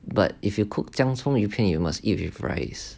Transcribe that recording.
but if you cook 姜葱鱼片 you must eat with rice